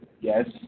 yes